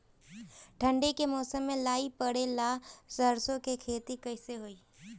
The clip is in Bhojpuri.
ठंडी के मौसम में लाई पड़े ला सरसो के खेती कइसे होई?